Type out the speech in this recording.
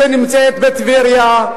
שנמצאת בטבריה,